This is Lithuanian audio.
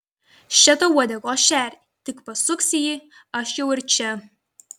še tau uodegos šerį tik pasuksi jį aš jau ir čia